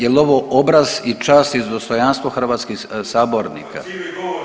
Jel ovo obraz i čast i dostojanstvo hrvatskih sabornika?